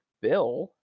bill